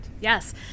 Yes